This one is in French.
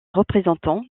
représentant